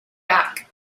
back